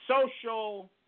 social